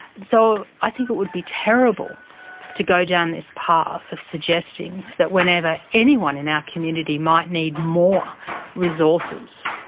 so i think it would be terrible to go down this path of suggesting that whenever anyone in our community might need more resources,